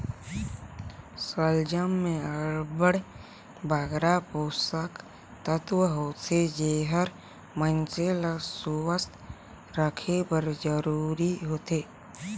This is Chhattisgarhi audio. सलजम में अब्बड़ बगरा पोसक तत्व होथे जेहर मइनसे ल सुवस्थ रखे बर जरूरी होथे